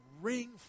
ring